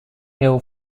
hill